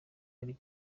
ari